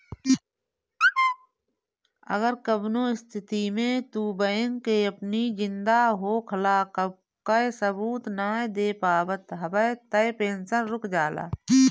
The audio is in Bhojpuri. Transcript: अगर कवनो स्थिति में तू बैंक के अपनी जिंदा होखला कअ सबूत नाइ दे पावत हवअ तअ पेंशन रुक जाला